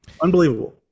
Unbelievable